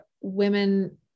women